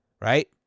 Right